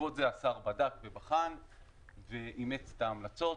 בעקבות זה השר בדק ובחן ואימץ את ההמלצות.